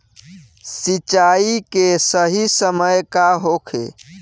सिंचाई के सही समय का होखे?